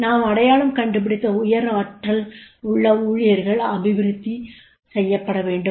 நாம் அடையாளம் கண்டுபிடித்த உயர் ஆற்றல் உள்ள ஊழியர்கள் அபிவிருத்தி செய்யப்பட வேண்டும்